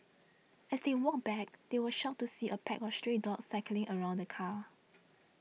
as they walked back they were shocked to see a pack of stray dogs circling around the car